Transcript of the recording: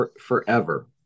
forever